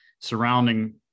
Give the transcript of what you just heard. surrounding